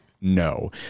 no